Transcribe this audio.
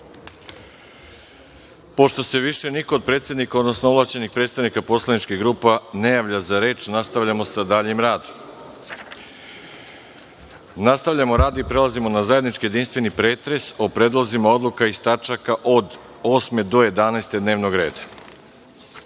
Pošto se više niko od predstavnika, odnosno ovlašćenih predstavnika poslaničkih grupa ne javlja za reč, nastavljamo sa daljim radom. Nastavljamo rad i prelazimo na zajednički jedinstveni pretres o predlozima odluka iz tačaka od 8. do 11. dnevnog reda. Molim